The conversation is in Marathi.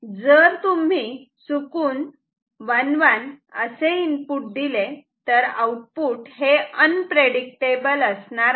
जर तुम्ही चुकून 1 1 असे इनपुट दिले तर आउटपुट हे अनप्रेडिक्टेबल असणार आहे